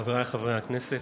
חבריי חברי הכנסת,